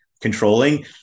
controlling